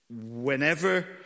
whenever